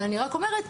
אבל אני רק אומרת,